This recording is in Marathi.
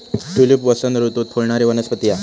ट्यूलिप वसंत ऋतूत फुलणारी वनस्पती हा